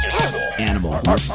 Animal